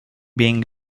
being